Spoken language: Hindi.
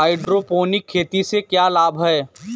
हाइड्रोपोनिक खेती से क्या लाभ हैं?